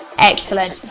excellent,